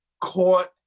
caught